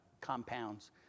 compounds